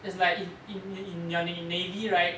it's like if in in you're in navy right